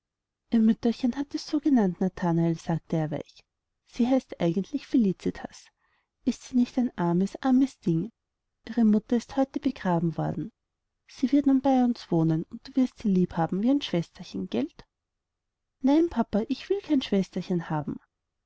mütterchen hat sie so genannt nathanael sagte er weich sie heißt eigentlich felicitas ist sie nicht ein armes armes ding ihre mama ist heute begraben worden sie wird nun bei uns wohnen und du wirst sie lieb haben wie ein schwesterchen gelt nein papa ich will kein schwesterchen haben